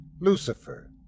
Lucifer